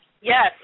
Yes